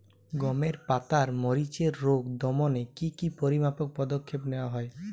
গমের পাতার মরিচের রোগ দমনে কি কি পরিমাপক পদক্ষেপ নেওয়া হয়?